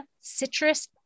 citrus